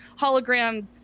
hologram